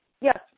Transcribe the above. yes